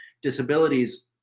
disabilities